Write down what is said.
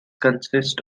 consists